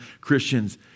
Christians